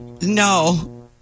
No